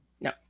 No